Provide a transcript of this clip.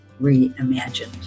Reimagined